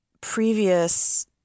previous